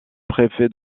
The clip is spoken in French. préfet